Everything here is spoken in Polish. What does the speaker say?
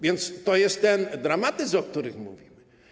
Więc to jest ten dramat, o którym mówimy.